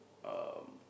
um